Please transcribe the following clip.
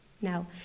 now